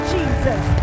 Jesus